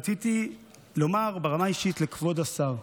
רציתי לומר ברמה האישית לכבוד השר: